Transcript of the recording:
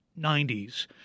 90s